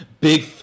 Big